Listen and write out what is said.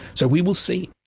so we will see.